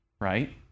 right